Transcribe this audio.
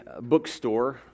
bookstore